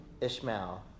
Ishmael